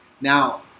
Now